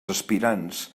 aspirants